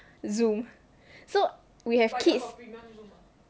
zoom so we have kids